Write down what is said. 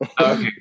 Okay